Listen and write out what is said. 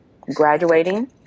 graduating